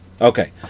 Okay